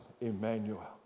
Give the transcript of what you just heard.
Emmanuel